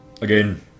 again